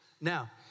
Now